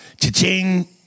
cha-ching